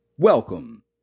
Welcome